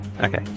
Okay